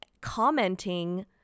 commenting